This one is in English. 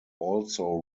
also